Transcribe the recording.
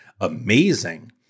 amazing